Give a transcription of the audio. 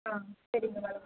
ஆ சரிங்க மேடம்